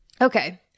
okay